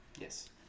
Yes